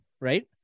Right